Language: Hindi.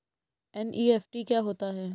एन.ई.एफ.टी क्या होता है?